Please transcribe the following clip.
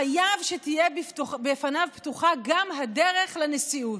חייב שתהיה פתוחה בפניו גם הדרך לנשיאות.